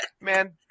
Man